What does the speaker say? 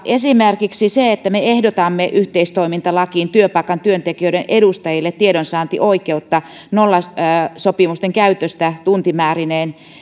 esimerkiksi ehdotamme yhteistoimintalakiin työpaikan työntekijöiden edustajille tiedonsaantioikeutta nollasopimusten käytöstä tuntimäärineen